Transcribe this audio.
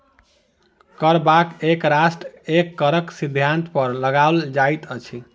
कर आब एक राष्ट्र एक करक सिद्धान्त पर लगाओल जाइत अछि